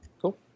Cool